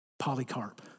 Polycarp